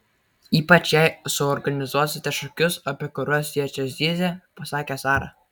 ypač jei suorganizuosite šokius apie kuriuos jos čia zyzė pasakė sara